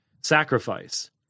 sacrifice